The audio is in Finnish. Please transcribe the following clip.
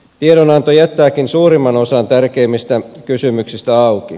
tiedonanto jättääkin suurimman osan tärkeimmistä kysymyksistä auki